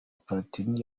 platini